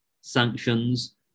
sanctions